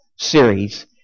series